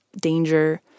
danger